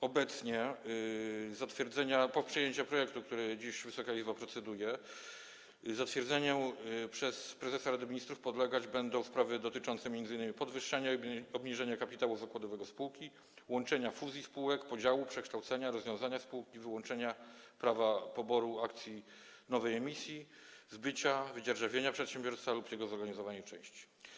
Po przyjęciu projektu, nad którym Wysoka Izba dziś proceduje, zatwierdzeniu przez prezesa Rady Ministrów podlegać będą sprawy dotyczące m.in. podwyższenia i obniżenia kapitału zakładowego spółki, łączenia, fuzji spółek, podziału, przekształcenia, rozwiązania spółki, wyłączenia prawa poboru akcji nowej emisji, zbycia, wydzierżawienia przedsiębiorstwa lub jego zorganizowanej części.